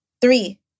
Three